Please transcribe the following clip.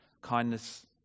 kindness